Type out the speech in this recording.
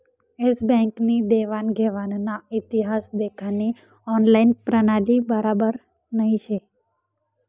S bank नी देवान घेवानना इतिहास देखानी ऑनलाईन प्रणाली बराबर नही शे